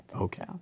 Okay